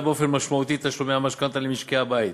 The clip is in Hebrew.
באופן משמעותי את תשלומי המשכנתה למשקי-הבית.